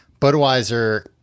Budweiser